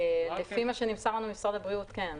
לפי מה שנמסר לנו ממשרד הבריאות כן.